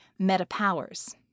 metapowers